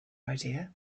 idea